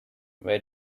where